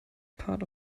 part